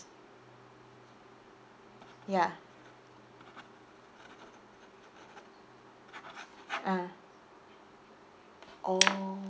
ya ah oh